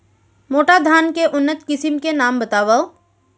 मोटा धान के उन्नत किसिम के नाम बतावव?